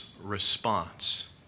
response